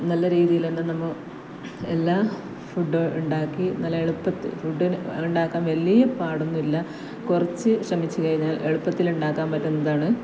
നല്ല രീതിയിൽ തന്നെ നമ്മൾ എല്ലാ ഫുഡ്ഡും ഉണ്ടാക്കി നല്ല എളുപ്പത്തിൽ ഫുഡ്ഡ് ഉണ്ടാക്കാൻ വലിയ പാടൊന്നുമില്ല കുറച്ച് ശ്രമിച്ചു കഴിഞ്ഞാൽ എളുപ്പത്തിൽ ഉണ്ടാക്കാൻ പറ്റുന്നതാണ്